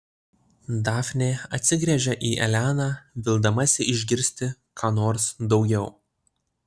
dafnė atsigręžia į eleną vildamasi išgirsti ką nors daugiau